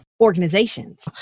organizations